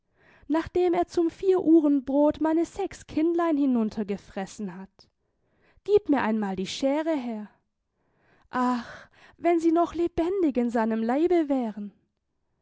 nachdem er zum vieruhrenbrot meine sechs kindlein hinuntergefressen hat gieb mir einmal die scheere her ach wenn sie noch lebendig in seinem leibe wären